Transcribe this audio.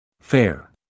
Fair